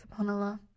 subhanAllah